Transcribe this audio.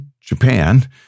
Japan